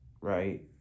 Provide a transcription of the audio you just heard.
right